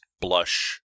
blush